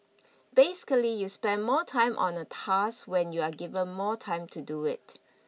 basically you spend more time on a task when you are given more time to do it